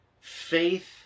faith